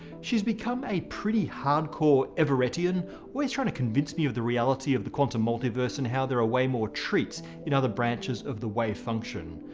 she's become a pretty hardcore everetian always trying to convince me of the reality of the quantum multiverse and how there are ah way more treats in other branches of the wavefunction.